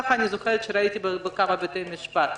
כך אני זוכרת שראיתי בכמה בתי משפט.